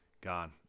gone